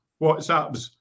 WhatsApps